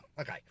Okay